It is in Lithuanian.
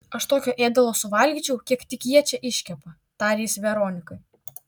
aš tokio ėdalo suvalgyčiau kiek tik jie čia iškepa tarė jis veronikai